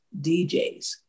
DJs